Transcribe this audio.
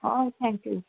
ହଁ thank you